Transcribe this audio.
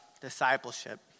discipleship